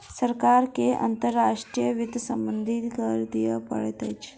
सरकार के अंतर्राष्ट्रीय वित्त सम्बन्धी कर दिअ पड़ैत अछि